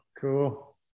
cool